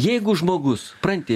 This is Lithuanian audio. jeigu žmogus pranti